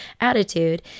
attitude